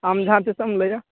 ᱟᱢ ᱡᱟᱦᱟᱸ ᱛᱤᱥᱮᱢ ᱞᱟ ᱭᱟ